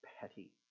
petty